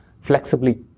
flexibly